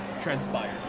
transpired